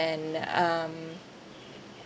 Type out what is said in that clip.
and um